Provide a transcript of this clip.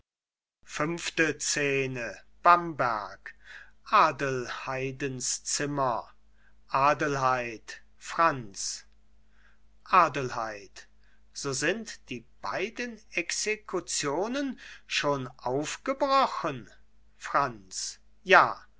adelheid franz adelheid so sind die beiden exekutionen schon aufgebrochen franz ja